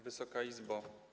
Wysoka Izbo!